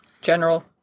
general